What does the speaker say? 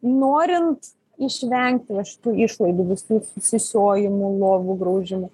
norint išvengti šitų išlaidų visų sisiojimų lovų graužimų